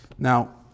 Now